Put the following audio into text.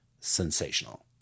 sensational